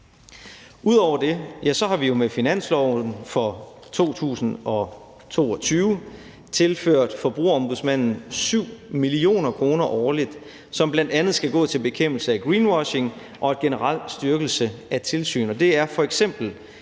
Ud over det har vi jo med finansloven for 2022 tilført Forbrugerombudsmanden 7 mio. kr. årligt, som bl.a. skal gå til bekæmpelse af greenwashing og til en generel styrkelse af tilsynet,